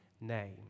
name